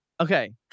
Okay